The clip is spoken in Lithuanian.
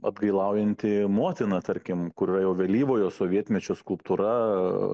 atgailaujanti motina tarkim kur yra jau vėlyvojo sovietmečio skulptūra